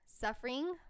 suffering